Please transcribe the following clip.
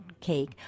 cake